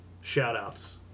shout-outs